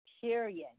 Period